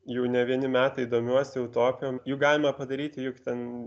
jau ne vieni metai domiuosi utopijom juk galima padaryti juk ten